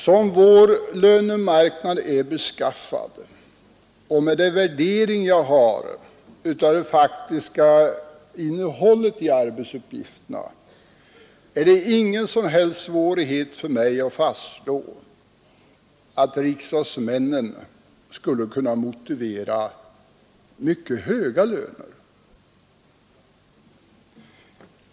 Som vår lönemarknad är beskaffad och med de värderingar jag har av det faktiska innehållet i våra arbetsuppgifter är det för mig ingen som helst svårighet att fastslå att riksdagsmännen skulle kunna motivera mycket höga löner.